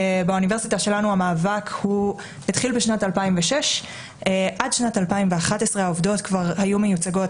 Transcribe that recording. באוניברסיטה שלנו המאבק התחיל בשנת 2006. עד שנת 2011 העובדות כבר היו מיוצגות,